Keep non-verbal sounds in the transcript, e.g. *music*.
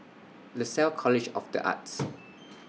Lasalle College of The Arts *noise*